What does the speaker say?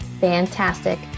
Fantastic